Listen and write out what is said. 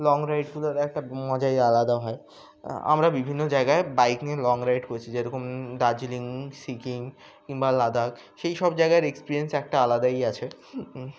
long রাইডগুলোর একটা মজাই আলাদা হয় আমরা বিভিন্ন জায়গায় বাইক নিয়ে লং রাইড করছি যেরকম দার্জিলিং সিকিম কিংবা লাদাখ সেই সব জায়গার এক্সপিরিয়েন্স একটা আলাদাই আছে